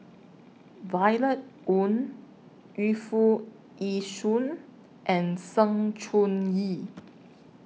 Violet Oon Yu Foo Yee Shoon and Sng Choon Yee